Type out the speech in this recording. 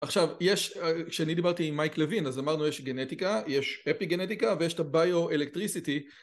עכשיו יש, כשאני דיברתי עם מייק לווין אז אמרנו יש גנטיקה, יש אפי גנטיקה ויש את הביו-אלקטריסיטי